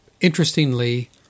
Interestingly